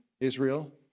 Israel